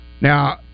Now